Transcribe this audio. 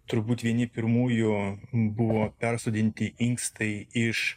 turbūt vieni pirmųjų buvo persodinti inkstai iš